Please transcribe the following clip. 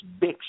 Big